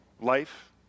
life